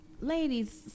ladies